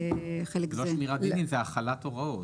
זה לא שמירת דינים אלא החלת הוראות.